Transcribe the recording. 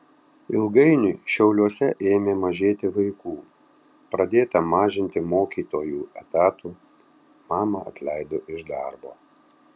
ilgainiui šiauliuose ėmė mažėti vaikų pradėta mažinti mokytojų etatų mamą atleido iš darbo